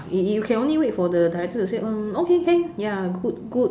you you can only wait for the director to say okay can ya good good